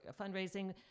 fundraising